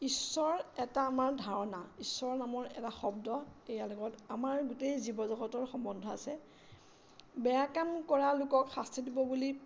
ঈশ্বৰ এটা আমাৰ ধাৰণা ঈশ্বৰৰ নামৰ এটা শব্দ ইয়াৰ লগত আমাৰ গোটেই জীৱ জগতৰ সম্বন্ধ আছে বেয়া কাম কৰা লোকক শাস্তি দিব বুলি